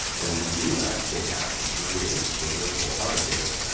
then we do actually have to create a virtual hard disk.